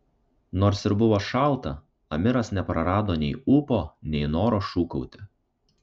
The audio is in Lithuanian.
nors ir buvo šalta amiras neprarado nei ūpo nei noro šūkauti